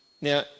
Now